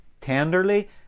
tenderly